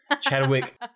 Chadwick